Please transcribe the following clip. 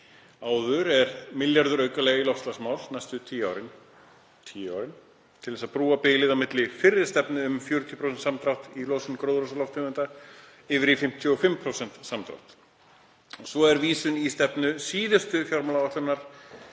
áður, er milljarður króna aukalega í loftslagsmál næstu tíu árin, til að brúa bilið á milli fyrri stefnu um 40% samdrátt í losun gróðurhúsalofttegunda yfir í 55% samdrátt. Svo er vísun í stefnu síðustu fjármálaáætlunar